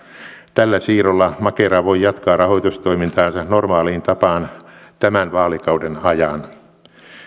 tällä siirrolla makera voi jatkaa rahoitustoimintaansa normaaliin tapaan tämän vaalikauden ajan